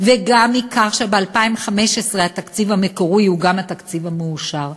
וגם מכך שב-2015 התקציב המקורי הוא גם התקציב המאושר.